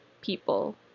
people